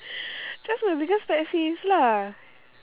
that's my biggest pet peeves lah